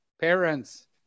parents